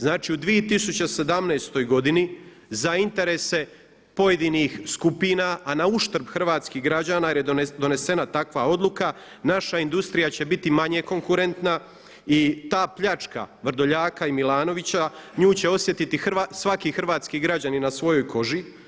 Znači u 2017. godini za interese pojedinih skupina a n uštrb hrvatskih građana jer je donesena takva odluka naša industrija će biti manje konkurentna i ta pljačka Vrdoljaka i Milanovića nju će osjetiti svaki hrvatski građanin na svojoj koži.